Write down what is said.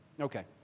Okay